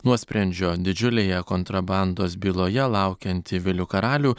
nuosprendžio didžiulėje kontrabandos byloje laukiantį vilių karalių